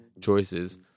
choices